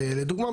לדוגמה,